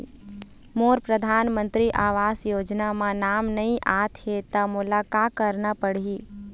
मोर परधानमंतरी आवास योजना म नाम नई आत हे त मोला का करना पड़ही?